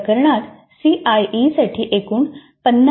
या प्रकरणात सीआयई साठी एकूण गुणे 50 आहेत